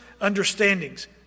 understandings